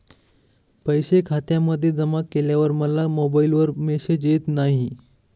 पैसे खात्यामध्ये जमा केल्यावर मला मोबाइलवर मेसेज येत नाही?